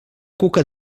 cuca